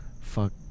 fuck